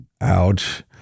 Ouch